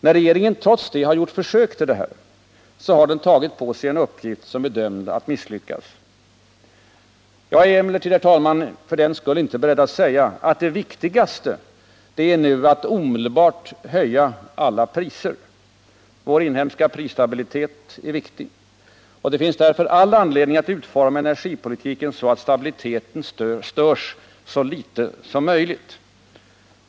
När regeringen trots detta har gjort försök härtill, har den tagit på sig en uppgift som är dömd att misslyckas. Jag är emellertid, herr talman, för den skull inte beredd att säga att det viktigaste är att nu omedelbart höja alla priser. Vår inhemska prisstabilitet är viktig. Det finns därför all anledning att utforma energipolitiken så att stabiliteten störs så litet som möjligt.